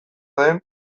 den